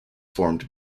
formed